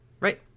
Right